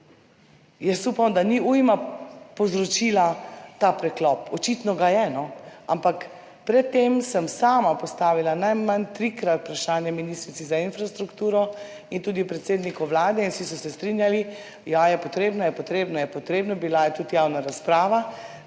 Upam, da ni ujma povzročila tega preklopa, očitno ga je, no, ampak pred tem sem sama postavila najmanj trikrat vprašanje ministrici za infrastrukturo in tudi predsedniku Vlade in vsi so se strinjali, ja, je potrebno, je potrebno, je potrebno, bila je tudi javna razprava,